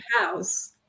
house